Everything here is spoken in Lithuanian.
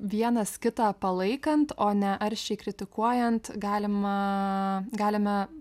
vienas kitą palaikant o ne aršiai kritikuojant galima galime